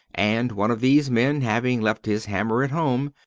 and one of these men, having left his hammer at home,